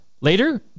later